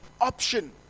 Option